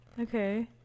okay